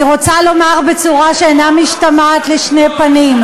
אני רוצה לומר בצורה שאינה משתמעת לשתי פנים,